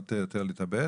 נוטה יותר להתאבד,